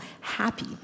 happy